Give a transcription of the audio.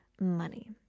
money